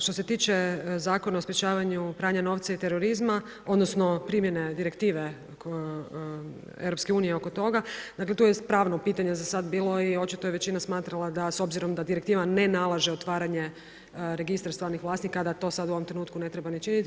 Što se tiče Zakona o sprečavanju pranja novca i terorizma, odnosno primjene Direktive EU oko toga, dakle tu je pravno pitanje za sad bilo i očito je većina smatrala da s obzirom da direktiva ne nalaže otvaranje registra stvarnih vlasnika a da to sada u ovom trenutku ne treba ni činiti.